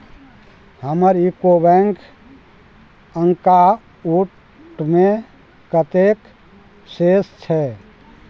हमर UCO bank अकाउंटमे कतेक शेष छै